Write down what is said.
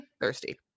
thirsty